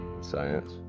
science